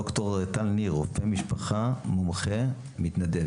ד"ר טל ניר, רופא משפחה, מומחה, מתנדב.